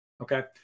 Okay